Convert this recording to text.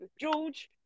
George